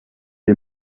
est